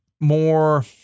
more